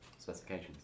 specifications